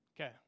Okay